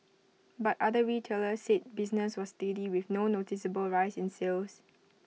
but other retailers said business was steady with no noticeable rise in sales